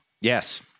Yes